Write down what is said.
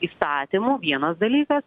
įstatymų vienas dalykas